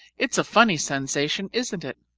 it's a funny sensation, isn't it?